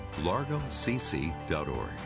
largocc.org